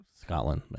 Scotland